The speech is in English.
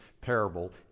parable